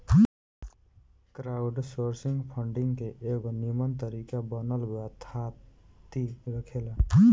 crowdsourcing funding के एगो निमन तरीका बनल बा थाती रखेला